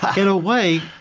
in a way,